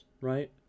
right